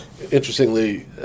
Interestingly